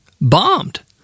bombed